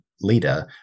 leader